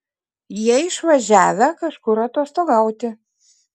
jie išvažiavę kažkur atostogauti